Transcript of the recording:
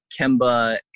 Kemba